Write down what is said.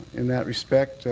in that respect,